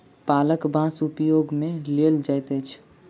पाकल बाँस उपयोग मे लेल जाइत अछि